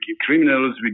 criminals